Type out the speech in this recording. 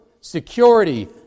security